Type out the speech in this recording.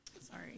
sorry